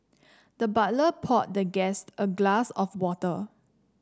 the butler poured the guest a glass of water